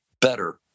better